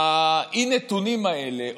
האי-נתונים האלה,